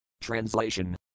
Translation